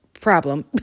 problem